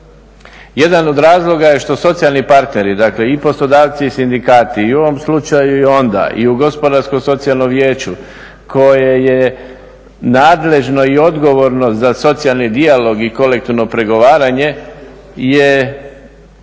Jedan od razloga je što socijalni partneri, dakle i poslodavci i sindikati i u ovoj slučaju i onda i u gospodarsko socijalnom vijeću koje je nadležno i odgovorno za socijalni dijalog i kolektivno pregovaranje je